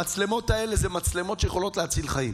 המצלמות האלה הן מצלמות שיכולות להציל חיים.